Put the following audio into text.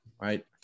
right